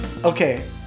Okay